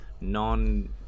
non